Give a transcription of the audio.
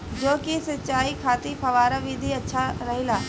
जौ के सिंचाई खातिर फव्वारा विधि अच्छा रहेला?